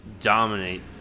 dominate